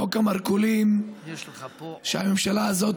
חוק המרכולים, שהממשלה הזאת